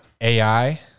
AI